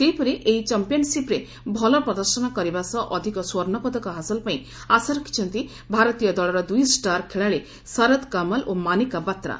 ସେହିପରି ଏହି ଚମ୍ମିଆନ୍ସିପ୍ରେ ଭଲ ପ୍ରଦର୍ଶନ କରିବା ସହ ଅଧିକ ସ୍ୱର୍ଷପଦକ ହାସଲ ପାଇଁ ଆଶା ରଖିଛନ୍ତି ଭାରତୀୟ ଦଳର ଦୁଇ ଷ୍ଟାର ଖେଳାଳି ଶରଦ କମଲ ଓ ମାନିକା ବାତ୍ରା